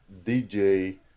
DJ